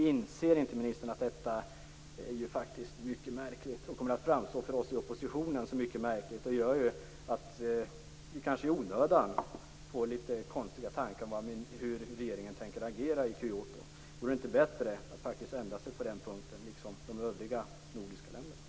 Inser inte ministern att detta är mycket märkligt och att det för oss i oppositionen kommer att framstå som mycket märkligt? Det gör ju att vi kanske i onödan får litet konstiga tankar om hur regeringen tänker agera i Kyoto. Vore det inte bättre att ändra sig på den punkten liksom de övriga nordiska länderna?